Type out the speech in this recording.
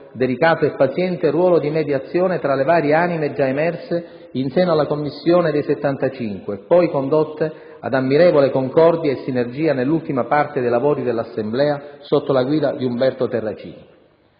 delicato e paziente ruolo di mediazione tra le varie anime già emerse in seno alla Commissione dei Settantacinque, poi condotte ad ammirevole concordia e sinergia nell'ultima parte dei lavori dell'Assemblea, sotto la guida di Umberto Terracini.